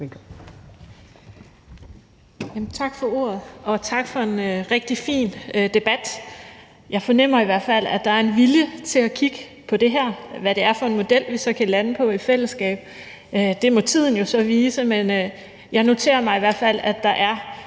Tak for ordet, og tak for en rigtig fin debat. Jeg fornemmer i hvert fald, at der er en vilje til at kigge på det her. Hvad det er for en model, vi så kan lande på i fællesskab, må tiden jo vise, men jeg noterer mig i hvert fald, at der er